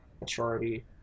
maturity